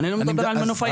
מנופאים.